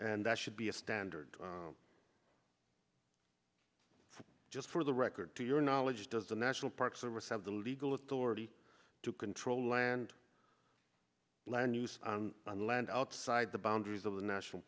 and that should be a standard just for the record to your knowledge does the national park service have the legal authority to control land land use on land outside the boundaries of the national